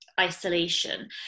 isolation